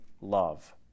love